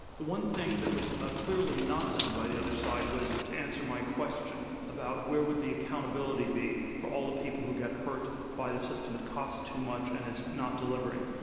the one thing that was ah clearly not done by the other side was to answer my question about where would the accountability be for all the people who get hurt by the system that costs too much and is not delivering.